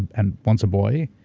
and once a boy.